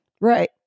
right